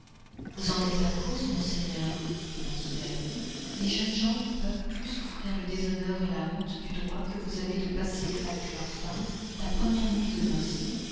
vous en êtes la cause monseigneur répondit-elle les jeunes gens ne peuvent plus souffrir le déshonneur et la honte du droit que vous avez de passer avec leurs femmes la première nuit des noces